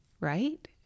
right